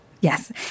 Yes